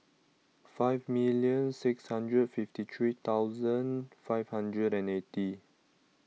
fifty million six hundred fifty three thousand five hundred and eighty